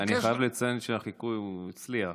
אני חייב לציין שהחיקוי הצליח,